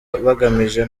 bagamije